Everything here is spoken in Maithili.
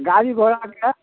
गाड़ी घोड़ा